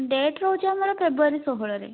date ରହୁଛି ଆମର ଫେବୃୟାରୀ ଷୋହଳରେ